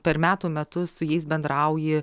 per metų metus su jais bendrauji